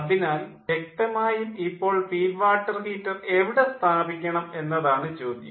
അതിനാൽവ്യക്തമായും ഇപ്പോൾ feed water heater എവിടെ സ്ഥാപിക്കണം എന്നതാണ് ചോദ്യം